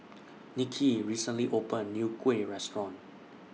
Niki recently opened A New Kuih Restaurant